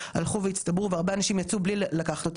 זאת אומרת אני מניחה שלרוב האנשים שיצאו,